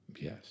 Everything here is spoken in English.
Yes